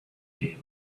gave